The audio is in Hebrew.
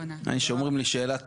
כשאומרים לי שהשאלה טובה,